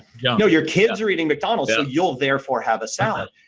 yeah no, your kids are eating but donald's. and you'll, therefore, have a salad.